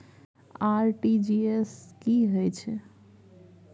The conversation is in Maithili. आर.टी.जी एस की है छै?